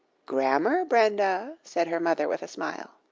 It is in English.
grammar, brenda, said her mother with a smile.